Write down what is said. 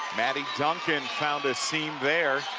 naddy duncan found a seam there,